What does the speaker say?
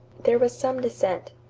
there was some dissent.